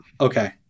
Okay